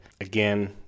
again